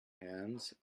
hens